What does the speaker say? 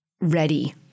ready